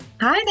Hi